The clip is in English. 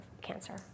cancer